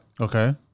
Okay